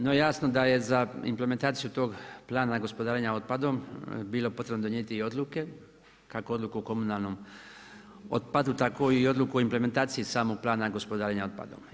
No jasno da je za implementaciju tog plana gospodarenja otpadom bilo potrebno donijeti i odluke, kako odluku o komunalnom otpadu tako i odluku o implementaciji samog plana gospodarenja otpadom.